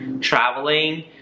traveling